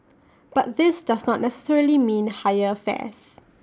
but this does not necessarily mean higher fares